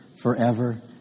forever